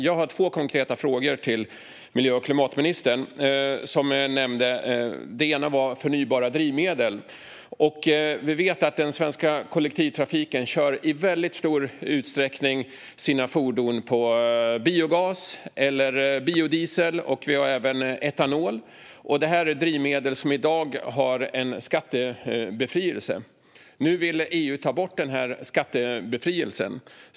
Jag har två konkreta frågor till miljö och klimatministern. Den ena gäller förnybara drivmedel. Vi vet att den svenska kollektivtrafiken i väldigt stor utsträckning består av fordon som drivs med biogas, biodiesel eller etanol. Det här är drivmedel som i dag har en skattebefrielse. Nu vill EU ta bort denna skattebefrielse.